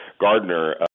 Gardner